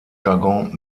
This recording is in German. jargon